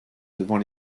devant